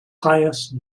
pious